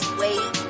wait